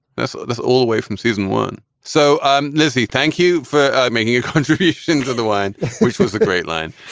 that's ah that's all the way from season one. so um lizzie thank you for making your contribution to the wine which was a great line.